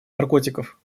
наркотиков